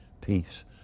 peace